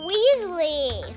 Weasley